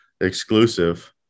exclusive